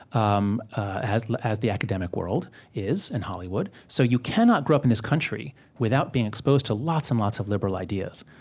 um like as the academic world is, and hollywood. so you cannot grow up in this country without being exposed to lots and lots of liberal ideas.